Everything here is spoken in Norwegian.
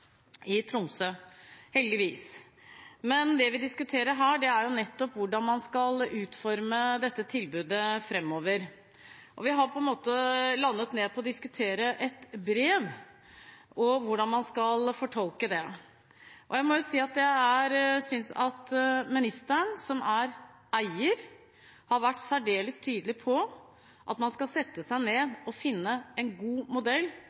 i Tromsø – heldigvis. Men det vi diskuterer her, er nettopp hvordan man skal utforme dette tilbudet framover, og vi har på en måte landet på å diskutere et brev og hvordan man skal fortolke det. Jeg må si at jeg synes at ministeren, som er eier, har vært særdeles tydelig på at man skal sette seg ned og finne en god modell